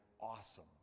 awesome